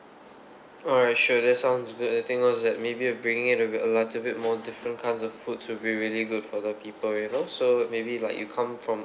alright sure that sounds good the thing was that maybe uh bringing in a little bit more different kinds of foods will be really good for the people you know so maybe like you come from